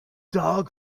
dog